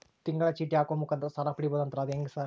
ತಿಂಗಳ ಚೇಟಿ ಹಾಕುವ ಮುಖಾಂತರ ಸಾಲ ಪಡಿಬಹುದಂತಲ ಅದು ಹೆಂಗ ಸರ್?